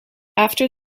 after